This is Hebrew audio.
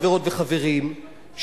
חברות וחברים,